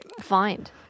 find